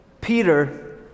Peter